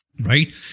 right